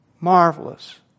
marvelous